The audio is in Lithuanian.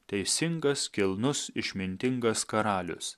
teisingas kilnus išmintingas karalius